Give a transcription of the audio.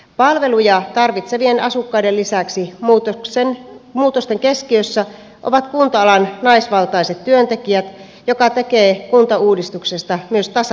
palveluja tarvitsevien asukkaiden lisäksi muutosten keskiössä ovat kunta alan naisvaltaiset työntekijät mikä tekee kuntauudistuksesta myös tasa arvokysymyksen